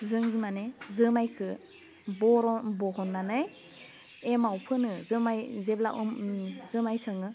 जों जोमानि जोमाइखौ बर' बहननानै एमाव फोनो जोमाइ जेब्ला अम जोमाइ सोङो